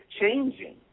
changing